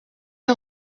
est